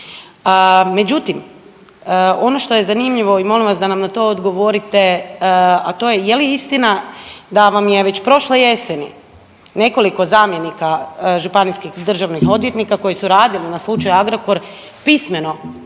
Međutim, ono što je zanimljivo i molim vas da nam na to odgovorite, a to je je li istina da vam je već prošle jeseni nekoliko zamjenika županijskih državnih odvjetnika koji su radili na slučaju „Agrokor“ pismeno